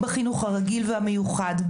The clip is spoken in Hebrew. בחינוך הרגיל והמיוחד,